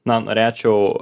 na norėčiau